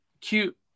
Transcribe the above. cute